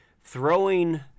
throwing